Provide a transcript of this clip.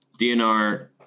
DNR